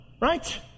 Right